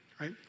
right